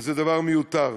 שזה דבר מיותר.